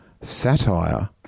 satire